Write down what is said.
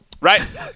Right